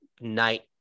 night